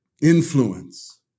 influence